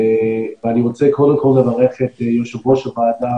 ואני רוצה קודם כל לברך את יושב ראש הוועדה,